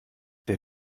der